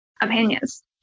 opinions